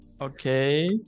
Okay